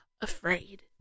afraid